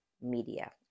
media